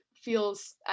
feels